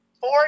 four